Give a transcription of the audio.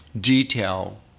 detail